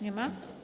Nie ma?